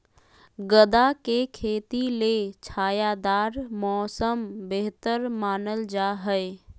गदा के खेती ले छायादार मौसम बेहतर मानल जा हय